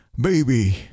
baby